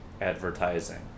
advertising